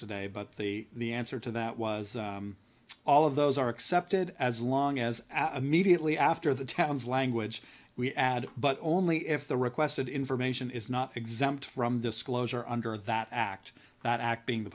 today but the the answer to that was all of those are accepted as long as i meet lee after the town's language we added but only if the requested information is not exempt from disclosure under that act that act being the